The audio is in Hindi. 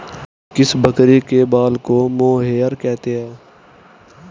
किस बकरी के बाल को मोहेयर कहते हैं?